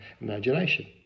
imagination